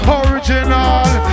original